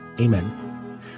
Amen